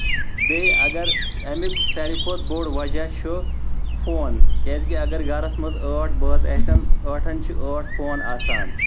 بیٚیہِ اَگر اَمیُک سارِوٕے کھۄتہٕ بوٚڑ وجہہ چھ فون کیٚازِ کہِ اَگر گَرس منٛز ٲٹھ بٲژ آسَن ٲٹھن چُھ ٲٹھ فون آسان